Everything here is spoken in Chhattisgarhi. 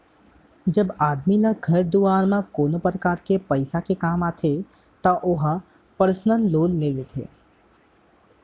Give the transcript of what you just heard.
जब आदमी ल घर दुवार म कोनो परकार ले पइसा के काम आथे त ओहर पर्सनल लोन ले लेथे